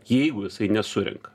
jeigu jisai nesurenka